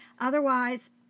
Otherwise